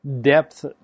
depth